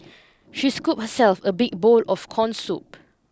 she scoop herself a big bowl of corn soup